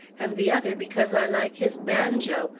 and the other because i like his banjo,